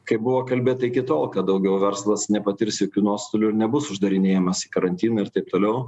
kaip buvo kalbėta iki tol kad daugiau verslas nepatirs jokių nuostolių ir nebus uždarinėjamas karantinui ir taip toliau